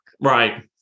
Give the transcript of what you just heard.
Right